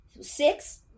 six